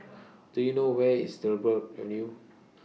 Do YOU know Where IS Dryburgh Avenue